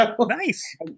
Nice